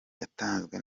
yatanzwe